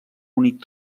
únic